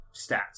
stats